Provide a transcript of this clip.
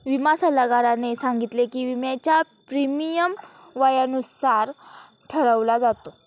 विमा सल्लागाराने सांगितले की, विम्याचा प्रीमियम वयानुसार ठरवला जातो